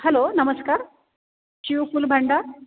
hello नमस्कार चिऊ फूल भांडार